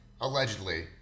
allegedly